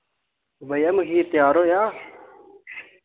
भैया मखीर त्यार होएआ